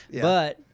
But-